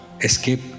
escape